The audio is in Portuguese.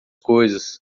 coisas